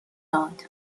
داد